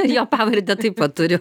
jo pavardę taip pat turiu